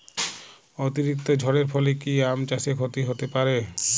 অতিরিক্ত ঝড়ের ফলে কি আম চাষে ক্ষতি হতে পারে?